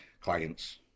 clients